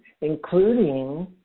including